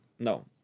No